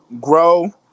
Grow